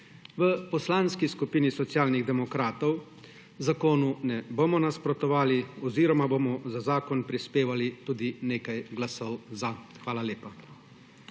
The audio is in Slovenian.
V Poslanski skupini Socialnih demokratov zakonu ne bomo nasprotovali oziroma bomo za zakon prispevali tudi nekaj glasov za. Hvala lepa.